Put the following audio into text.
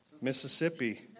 Mississippi